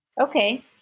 Okay